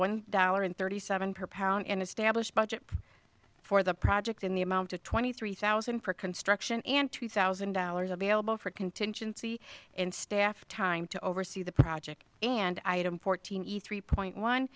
one dollar and thirty seven per pound and establish budget for the project in the amount of twenty three thousand for construction and two thousand dollars available for contingency and staff time to oversee the project and item fourteen each three point one